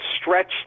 stretched